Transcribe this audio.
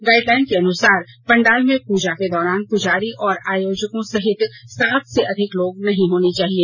guideline के अनुसार पंडाल में पूजा के दौरान पूजारी और आयोजकों सहित सात से अधिक लोग नहीं होने चाहिए